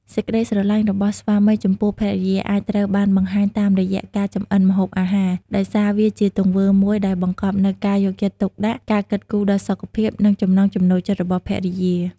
សេចក្ដីស្រឡាញ់របស់ស្វាមីចំពោះភរិយា អាចត្រូវបានបង្ហាញតាមរយៈការចម្អិនម្ហូបអាហារ ដោយសារវាជាទង្វើមួយដែលបង្កប់នូវការយកចិត្តទុកដាក់ ការគិតគូរដល់សុខភាព និងចំណង់ចំណូលចិត្តរបស់ភរិយា។